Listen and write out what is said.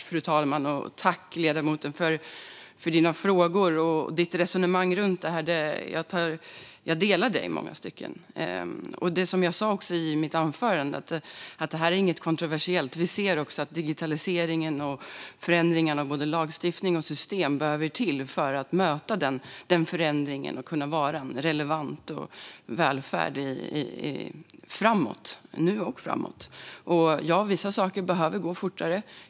Fru talman! Tack, ledamoten, för frågor och resonemang runt det här! Jag delar det i många stycken, och som jag även sa i mitt anförande är det här inte någonting kontroversiellt. Vi ser att det behövs en förändring av både lagstiftning och system för att möta digitaliseringen så att välfärden blir relevant nu och framåt. Ja, vissa saker behöver gå fortare.